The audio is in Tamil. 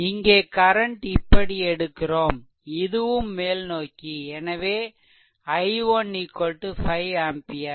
இங்கே கரன்ட் இப்படி எடுக்கிறோம்இதுவும் மேல்நோக்கி எனவே i1 5 ஆம்பியர்